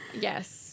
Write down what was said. Yes